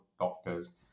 doctors